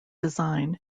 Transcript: design